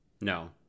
no